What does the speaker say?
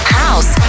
house